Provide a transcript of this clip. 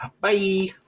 Bye